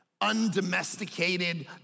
undomesticated